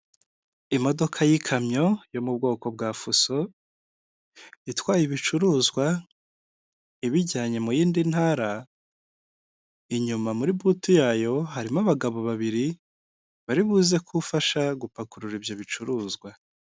Imodoka y'ikamyo yo mu bwoko bwa fuso itwaye ibicuruzwa ibijyanye muyinindi ntara inyuma muri butu yayo harimo abagabo babiri bari buze gufasha gupakurura ibyo bicuruzwa .